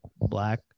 black